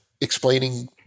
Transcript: explaining